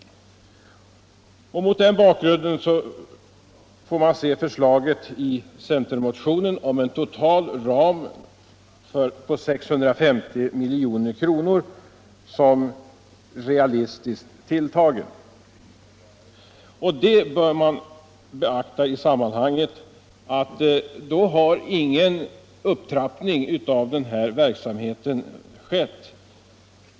Mot den bakgrunden får man se förslaget i centermotionen om en total ram på 650 milj.kr. som realistiskt tilltagen. I sammanhanget bör man beakta att då har ingen upptrappning av denna verksamhet skett.